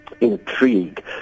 intrigue